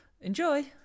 Enjoy